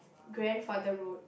grandfather road